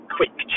quick